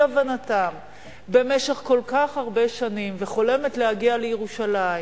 הבנתה במשך כל כך הרבה שנים וחולמת להגיע לירושלים,